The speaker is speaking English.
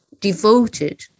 devoted